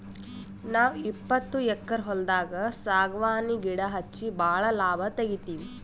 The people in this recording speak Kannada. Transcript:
ನಾವ್ ಇಪ್ಪತ್ತು ಎಕ್ಕರ್ ಹೊಲ್ದಾಗ್ ಸಾಗವಾನಿ ಗಿಡಾ ಹಚ್ಚಿ ಭಾಳ್ ಲಾಭ ತೆಗಿತೀವಿ